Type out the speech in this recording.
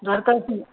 डँरकस